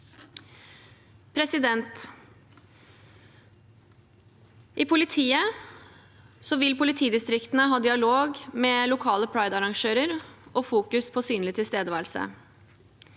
politiet, vil politidistriktene ha dialog med lokale pride-arrangører og fokusere på synlig tilstedeværelse.